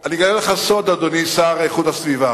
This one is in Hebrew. אני אגלה לך סוד, אדוני השר לאיכות הסביבה,